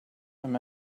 them